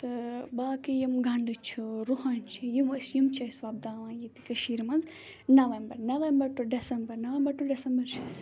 تہٕ باقٕے یِم گَنٛڈٕ چھِ رُہَن چھِ یِم أسۍ یِم چھِ أسۍ وۄپداوان ییٚتہِ کٔشیٖر منٛز November November to December November to December چھِ أسۍ